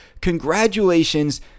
congratulations